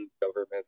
government